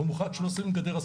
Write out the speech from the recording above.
ובמיוחד כשלא שמים גדר,